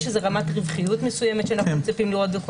איזו רמת רווחיות מסוימת אנחנו לא יודעים,